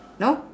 no